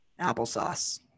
applesauce